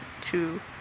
two